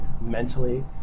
mentally